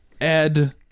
Ed